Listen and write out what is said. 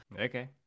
Okay